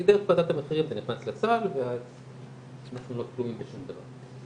כי דרך ועדת המחירים אתה נכנס לסל ואז אנחנו לא תלויים בשום דבר.